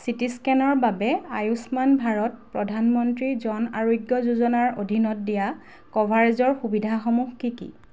C T স্কেনৰ বাবে আয়ুষ্মান ভাৰত প্ৰধানমন্ত্ৰীৰ জন আৰোগ্য যোজনাৰ অধীনত দিয়া কভাৰেজৰ সুবিধাসমূহ কি কি